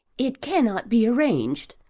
it cannot be arranged,